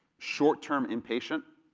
short-term inpatient.